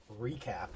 recap